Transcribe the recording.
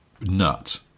nut